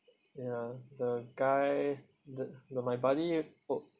ya the guy the the my buddy w~